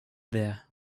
there